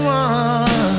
one